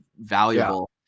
valuable